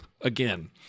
Again